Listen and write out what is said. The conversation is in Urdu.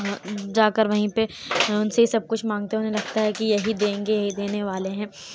جاکر وہیں پہ ان سے ہی سب کچھ مانگتے ہیں انہیں لگتا ہے کہ یہی دیں گے یہی دینے والے ہیں